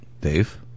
Dave